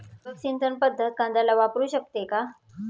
ठिबक सिंचन पद्धत कांद्याला वापरू शकते का?